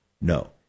No